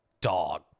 dog